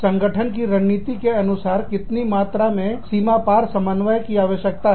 संगठन की रणनीति के अनुसार कितनी मात्रा में सीमा पार समन्वय की आवश्यकता है